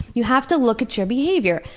you have to look at your behavior.